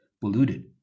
polluted